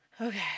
Okay